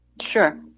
Sure